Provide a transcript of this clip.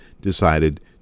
decided